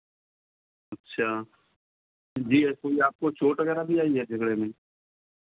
अच्छा जी कोई आपको चोट वगैरह भी आई है झगड़े में